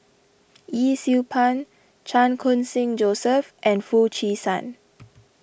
Yee Siew Pun Chan Khun Sing Joseph and Foo Chee San